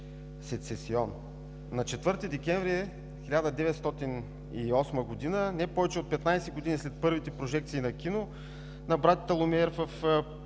сецесион. На 4 декември 1908 г. – не повече от 15 години след първите прожекции на братята Люмиер в